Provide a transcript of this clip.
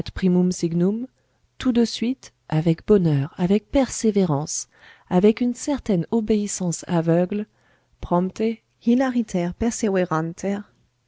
primum signum tout de suite avec bonheur avec persévérance avec une certaine obéissance aveugle prompte hilariter